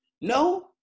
No